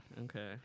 Okay